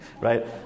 right